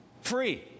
free